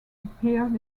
appeared